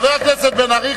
חבר הכנסת בן-ארי,